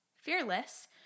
fearless